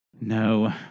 No